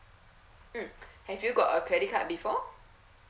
mm have you got a credit card before